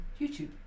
YouTube